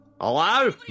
Hello